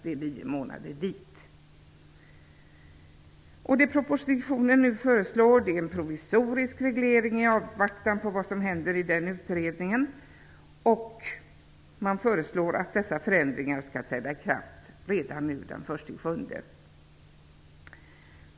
Det är tio månader dit. I propositionen föreslås en provisorisk reglering i avvaktan på vad som händer i den utredningen. Man föreslår att dessa förändringar skall träda i kraft redan den 1 juli.